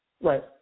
Right